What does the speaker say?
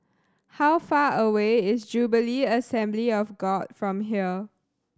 how far away is Jubilee Assembly of God from here